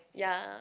ya